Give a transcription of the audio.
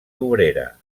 obrera